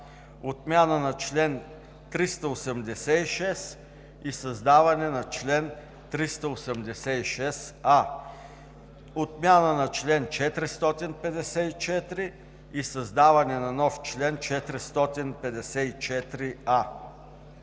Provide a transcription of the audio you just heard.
отмяна на чл. 386 и създаване на чл. 386а, отмяна на чл. 454 и създаване на нов чл. 454а.